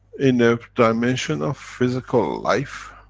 in the dimension of physical life,